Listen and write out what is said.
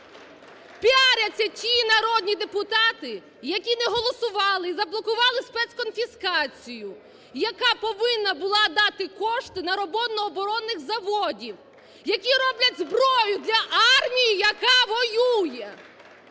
Піаряться ті народні депутати, які не голосували й заблокували спецконфіскацію, яка повинна була дати кошти на роботу оборонних заводів, які роблять зброю для армії, яка воює.